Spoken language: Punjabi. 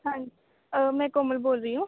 ਹਾਂਜੀ ਮੈਂ ਕੋਮਲ ਬੋਲ ਰਹੀ ਹੂੰ